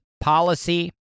policy